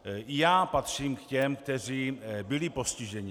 I já patřím k těm, kteří byli postiženi.